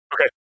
Okay